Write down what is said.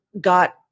got